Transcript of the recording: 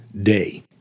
day